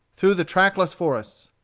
through the trackless forests.